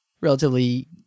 relatively